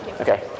Okay